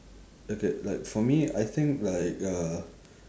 okay like for me I think like uh